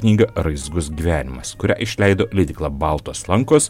knygą raizgus gyvenimas kurią išleido leidykla baltos lankos